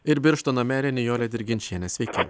ir birštono merė nijolė dirginčienė sveiki